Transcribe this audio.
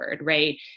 right